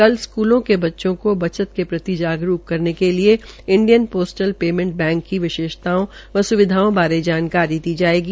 कल स्कूलों के बच्चों को बच्त के प्रतिजागरूक करने के लिए इंडियन पोस्टल पेमेंअ बैंक की विशेषताऔ और सुविधाओं बारे जानकारी दी जायेगी